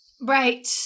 Right